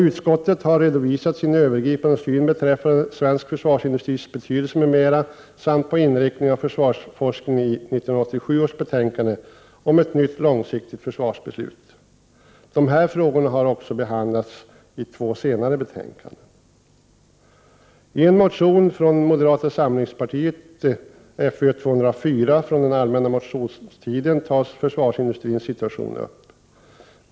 Utskottet har redovisat sin övergripande syn beträffande den svenska försvarsindustrins betydelse m.m. samt på inriktningen av försvarsforskningen i 1987 års betänkande om ett nytt långsiktigt försvarsbeslut. Dessa frågor har behandlats även i två senare betänkanden. I moderatmotionen Fö204 från den allmänna motionstiden tas försvarsindustrins situation upp.